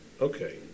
okay